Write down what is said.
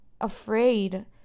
afraid